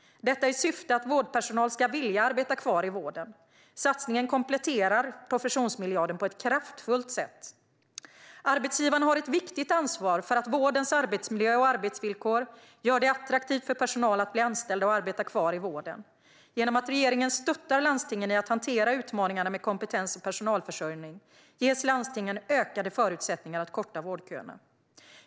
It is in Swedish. Syftet är att vårdpersonal ska vilja arbeta kvar i vården. Satsningen kompletterar professionsmiljarden på ett kraftfullt sätt. Arbetsgivarna har ett viktigt ansvar för att vårdens arbetsmiljö och arbetsvillkor gör det attraktivt för personal att bli anställda och att arbeta kvar i vården. Genom att regeringen stöttar landstingen i att hantera utmaningarna med kompetens och personalförsörjning ges landstingen ökade förutsättningar att korta vårdköerna.